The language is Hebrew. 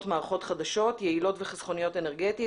מערכות חדשות יעילות וחסכוניות אנרגטית,